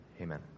Amen